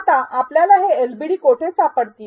आता आपल्याला हे एलबीडी कोठे सापडतील